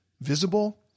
visible